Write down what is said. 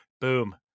boom